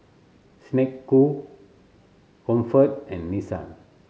Snek Ku Comfort and Nissan